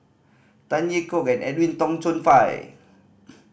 Tan Yeok and Edwin Tong Chun Fai